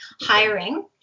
hiring